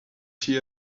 see